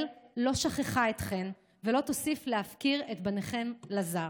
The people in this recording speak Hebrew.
לא שכחה אתכם ולא תוסיף להפקיר את בניכם לזר.